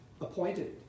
appointed